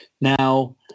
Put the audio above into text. Now